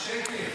שקר.